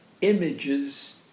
images